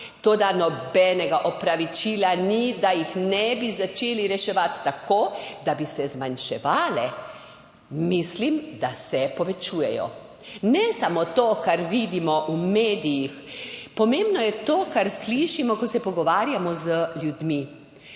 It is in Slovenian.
toda nobenega opravičila ni, da jih ne bi začeli reševati tako, da bi se zmanjševale. Mislim, da se povečujejo. Ne samo to, kar vidimo v medijih, pomembno je to, kar slišimo, ko se pogovarjamo z ljudmi.